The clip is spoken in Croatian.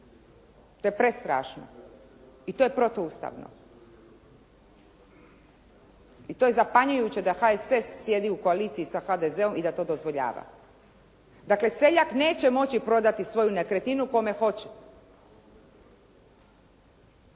To je prestrašno i to je protuustavno i to je zapanjujuće da HSS sjedi u koaliciji sa HDZ-om i da to dozvoljava. Dakle seljak neće moći prodati svoju nekretninu kome hoće,